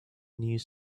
news